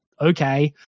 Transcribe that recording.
okay